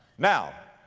now,